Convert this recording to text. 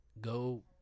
go